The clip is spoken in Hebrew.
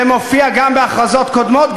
זה מופיע גם בהכרזות קודמות,